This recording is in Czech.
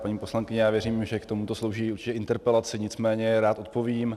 Paní poslankyně, já věřím, že k tomuto slouží určitě interpelace, nicméně rád odpovím.